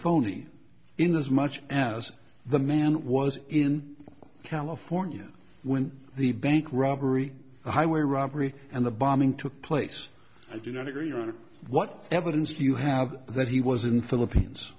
phony in as much as the man was in california when the bank robbery highway robbery and the bombing took place i do not agree on what evidence do you have that he was in philippines